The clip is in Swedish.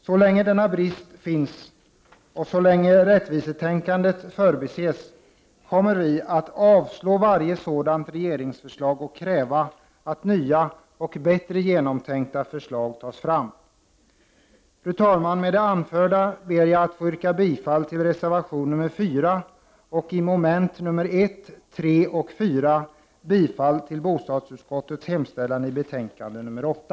Så länge denna brist finns och så länge rättvisetänkandet förbises kommer vi att avstyrka sådana regeringsförslag och kräva att nya och bättre genomtänkta förslag tas fram. Fru talman! Med det anförda ber jag att få yrka bifall till reservation 4 och under mom. 1, 3 och 4 bifall till bostadsutskottets hemställan i betänkande 8.